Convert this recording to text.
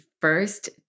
first